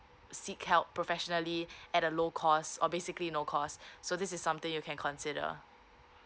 seek help professionally at a low cost or basically no cost so this is something you can consider